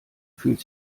fühlt